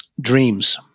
dreams